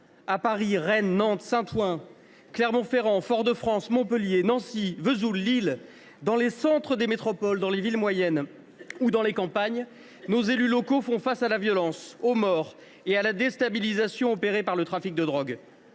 À Paris, Rennes, Nantes, Saint Ouen, Clermont Ferrand, Fort de France, Montpellier, Nancy, Vesoul, Lille, dans les centres des métropoles, dans les villes moyennes ou dans les campagnes, nos élus locaux font face à la violence, aux morts et à la déstabilisation opérée par le trafic de drogue.